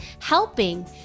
helping